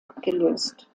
abgelöst